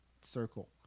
circle